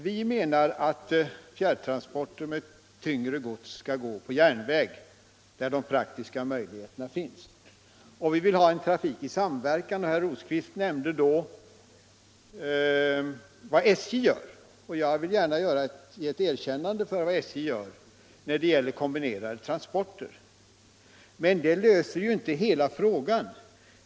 Vi menar att fjärrtransporter med tyngre gods skall gå på järnväg, när de praktiska möjligheterna finns, och vi vill ha en trafik i samverkan. Herr Rosqvist nämnde då vad SJ gör, och jag vill gärna ge ett erkännande Trafikpolitiken Trafikpolitiken åt SJ:s insats när det gäller kombinerade transporter. Men de löser ju inte hela problemet.